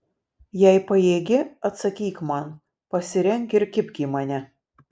jei pajėgi atsakyk man pasirenk ir kibk į mane